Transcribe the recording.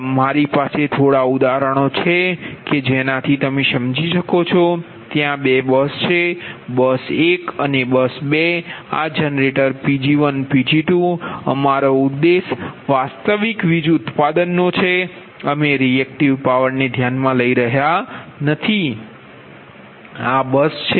મારી પાસે થોડા ઉદાહરણો છે કે જેનાથી તમે સમજી શકો કે ત્યાં બે બસ છે બસ 1 અને બસ 2 આ જનરેટર Pg1 Pg2 અમારો ઉદ્દેશ વાસ્તવિક વીજ ઉત્પાદનનો છે અમે રિએક્ટીવ પાવરને ધ્યાનમાં લઈ રહ્યા નથી આ બસ છે